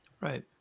Right